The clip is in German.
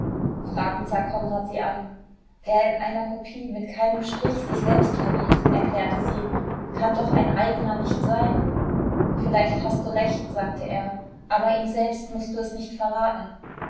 fragend sah konrad sie an wer in einer kopie mit keinem strich sich selbst verrät erklärte sie kann doch ein eigener nicht sein vielleicht hast du recht sagte er aber ihm selbst mußt du es nicht verraten